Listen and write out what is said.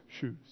shoes